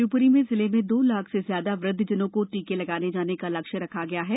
शिवप्री में जिले में दो लाख से ज्यादा वृद्ध जनों को टीके लगाने का लक्ष्य रखा गया है